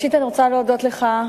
ראשית אני רוצה להודות לך,